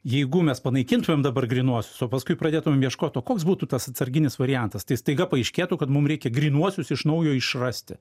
jeigu mes panaikintumėm dabar grynuosius o paskui pradėtumėm ieškot o koks būtų tas atsarginis variantas tai staiga paaiškėtų kad mum reikia grynuosius iš naujo išrasti